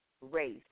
race